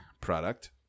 product